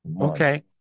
Okay